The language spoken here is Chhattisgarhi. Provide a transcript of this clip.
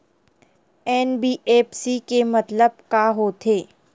एन.बी.एफ.सी के मतलब का होथे?